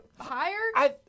higher